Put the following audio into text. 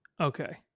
Okay